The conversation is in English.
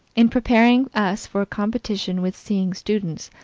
in preparing us for competition with seeing students,